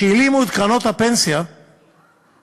כשהלאימו את קרנות הפנסיה ב-2003,